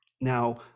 Now